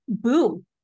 boom